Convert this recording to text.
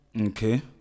Okay